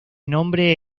nombre